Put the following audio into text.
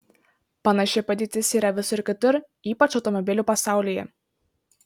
panaši padėtis yra visur kitur ypač automobilių pasaulyje